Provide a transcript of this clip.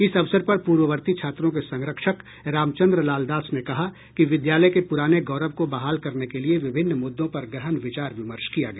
इस अवसर पर पूर्ववर्ती छात्रों के संरक्षक राम चन्द्र लाल दास ने कहा कि विद्यालय के प्राने गौरव को बहाल करने के लिए विभिन्न मुद्दों पर गहन विचार विमर्श किया गया